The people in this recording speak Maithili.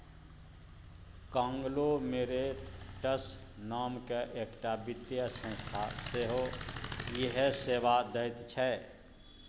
कांग्लोमेरेतट्स नामकेँ एकटा वित्तीय संस्था सेहो इएह सेवा दैत छै